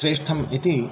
श्रेष्ठम् इति